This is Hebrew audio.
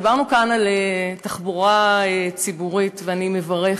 דיברנו כאן על תחבורה ציבורית, ואני מברכת.